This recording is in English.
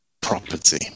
property